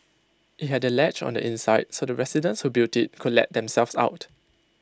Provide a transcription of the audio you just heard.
IT had A latch on the inside so the residents who built IT could let themselves out